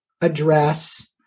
address